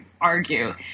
argue